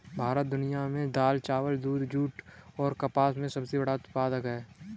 भारत दुनिया में दाल, चावल, दूध, जूट और कपास का सबसे बड़ा उत्पादक है